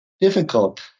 difficult